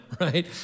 right